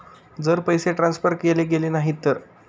जर पैसे ट्रान्सफर केले गेले नाही तर?